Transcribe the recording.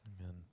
Amen